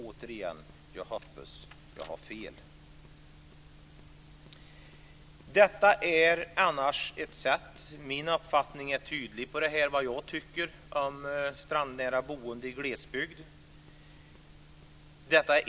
Återigen vill jag säga att jag hoppas att jag har fel. Vad jag tycker om strandnära boende i glesbygd är tydligt.